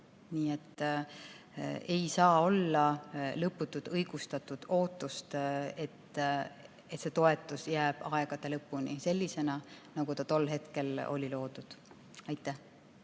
Nii et ei saa olla lõputut õigustatud ootust, et see toetus jääb aegade lõpuni sellisena, nagu ta tol hetkel sai loodud. Aitäh